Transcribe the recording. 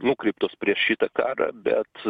nukreiptos prieš šitą karą bet